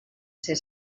ser